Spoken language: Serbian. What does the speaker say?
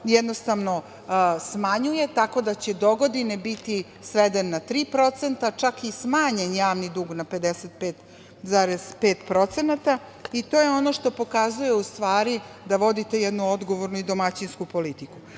jednostavno smanjuje, tako da će dogodine biti sveden na 3%, čak i smanjen javni dug na 55,5% i to je ono što pokazuje u stvari da vodite jednu odgovornu i domaćinsku politiku. Kada